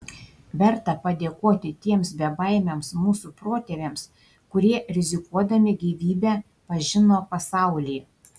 verta padėkoti tiems bebaimiams mūsų protėviams kurie rizikuodami gyvybe pažino pasaulį